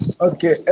Okay